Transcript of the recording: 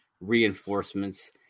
reinforcements